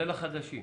זה לחדשים.